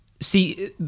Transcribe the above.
See